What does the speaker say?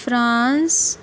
France